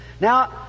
Now